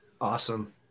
Awesome